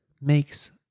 makes